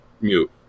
mute